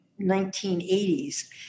1980s